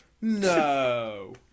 No